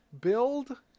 build